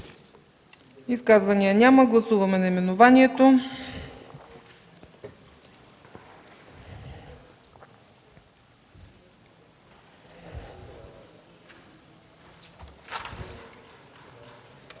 Изказвания? Няма. Гласуваме наименованието.